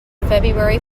february